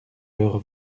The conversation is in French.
leurs